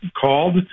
called